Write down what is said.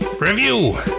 review